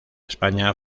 españa